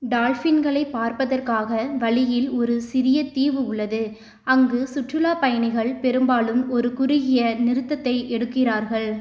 டால்ஃபின்களைப் பார்ப்பதற்காக வழியில் ஒரு சிறிய தீவு உள்ளது அங்கு சுற்றுலாப் பயணிகள் பெரும்பாலும் ஒரு குறுகிய நிறுத்தத்தை எடுக்கிறார்கள்